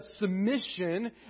submission